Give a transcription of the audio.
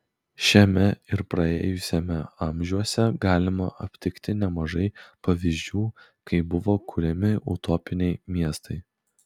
šiame ir praėjusiame amžiuose galima aptikti nemažai pavyzdžių kai buvo kuriami utopiniai miestai